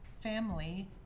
family